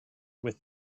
with